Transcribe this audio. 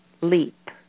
leap